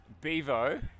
Bevo